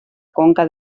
conca